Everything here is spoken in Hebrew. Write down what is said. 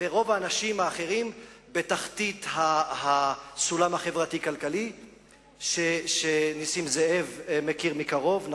ורוב האנשים האחרים בתחתית הסולם החברתי-כלכלי שנסים זאב מכיר מקרוב,